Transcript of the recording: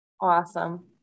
Awesome